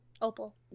Opal